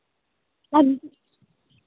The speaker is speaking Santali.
ᱟᱨ